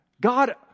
God